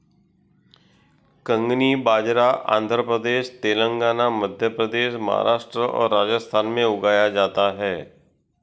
कंगनी बाजरा आंध्र प्रदेश, तेलंगाना, मध्य प्रदेश, महाराष्ट्र और राजस्थान में उगाया जाता है